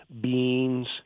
beans